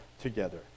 together